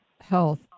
health